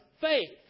faith